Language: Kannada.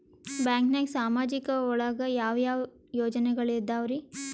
ಬ್ಯಾಂಕ್ನಾಗ ಸಾಮಾಜಿಕ ಒಳಗ ಯಾವ ಯಾವ ಯೋಜನೆಗಳಿದ್ದಾವ್ರಿ?